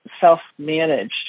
self-managed